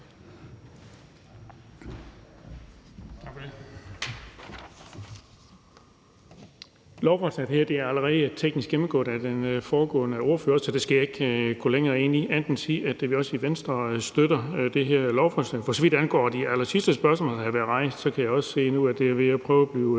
Lovforslaget her er allerede blevet teknisk gennemgået af den foregående ordfører, så jeg skal ikke gå længere ind i det andet end at sige, at vi også i Venstre støtter det her lovforslag. For så vidt angår de allersidste spørgsmål, der er blevet rejst, kan jeg også se nu, at man er ved at prøve at opklare